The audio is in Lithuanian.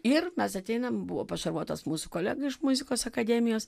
ir mes ateinam buvo pašarvotas mūsų kolega iš muzikos akademijos